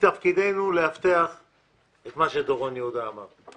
מתפקידנו להבטיח את מה שדורון יהודה אמר: